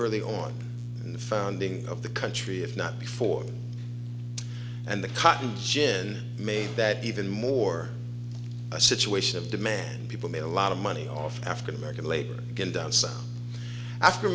early on in the founding of the country if not before and the cotton gin made that even more a situation of demand people made a lot of money off of african american labor going down south af